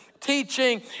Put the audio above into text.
teaching